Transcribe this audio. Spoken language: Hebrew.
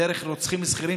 דרך רוצחים שכירים,